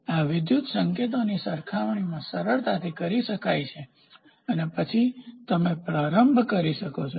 આ વિદ્યુત સંકેતોની સરખામણી સરળતાથી કરી શકાય છે અને પછી તમે પ્રારંભ કરી શકો છો